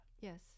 Yes